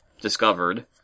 discovered